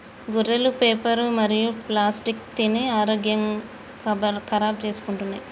గొర్రెలు పేపరు మరియు ప్లాస్టిక్ తిని ఆరోగ్యం ఖరాబ్ చేసుకుంటున్నయ్